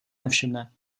nevšimne